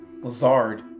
Lazard